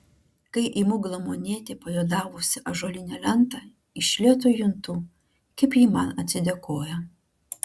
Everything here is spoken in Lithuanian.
kai imu glamonėti pajuodavusią ąžuolinę lentą iš lėto juntu kaip ji man atsidėkoja